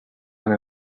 one